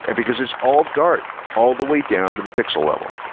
and because it's all dart all the way down to the pixel level.